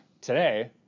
today